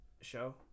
show